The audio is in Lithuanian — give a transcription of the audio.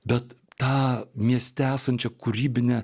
bet tą mieste esančią kūrybinę